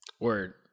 Word